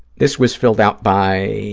this was filled out by